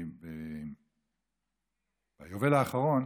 ביובל האחרון,